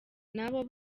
n’abo